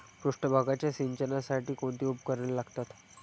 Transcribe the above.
पृष्ठभागाच्या सिंचनासाठी कोणती उपकरणे लागतात?